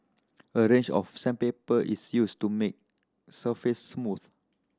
a range of sandpaper is used to make surface smooth